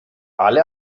alle